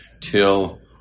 till